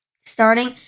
starting